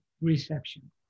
reception